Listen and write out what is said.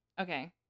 Okay